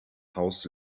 haus